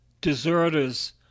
deserters